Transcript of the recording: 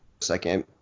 second